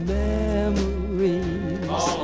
memories